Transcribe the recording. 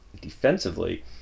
defensively